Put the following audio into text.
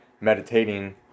meditating